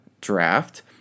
draft